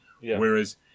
Whereas